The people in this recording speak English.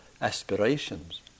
aspirations